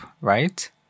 Right